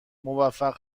موفق